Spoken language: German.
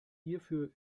hierfür